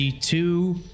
two